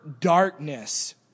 darkness